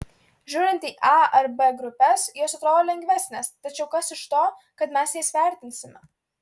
žiūrint į a ar b grupes jos atrodo lengvesnės tačiau kas iš to kad mes jas vertinsime